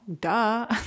duh